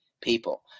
people